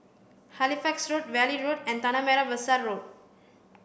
Halifax Road Valley Road and Tanah Merah Besar Road